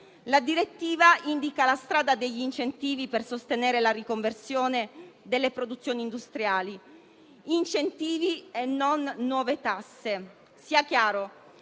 La direttiva indica la strada degli incentivi per sostenere la riconversione delle produzioni industriali: incentivi e non nuove tasse. Sia chiaro,